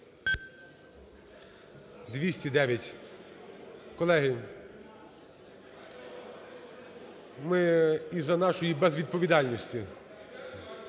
За-209 Колеги, ми із-за нашої безвідповідальності